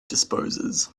disposes